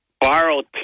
borrowed